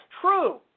true